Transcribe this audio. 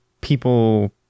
people